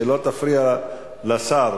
שלא תפריע לשר.